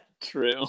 True